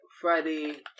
Friday